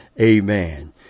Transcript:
amen